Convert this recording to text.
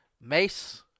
Mace